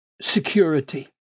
security